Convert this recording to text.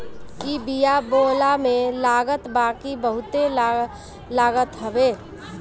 इ बिया बोअला में लागत बाकी बहुते लागत हवे